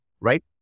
right